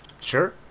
Sure